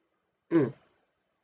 mm